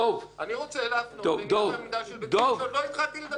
אני רוצה להפנות לנייר העמדה של בצלם שלא התחלתי לדבר עליו.